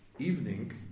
Evening